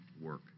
work